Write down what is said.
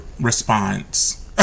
response